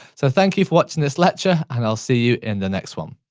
so thank you for watching this lecture, and i'll see you in the next one.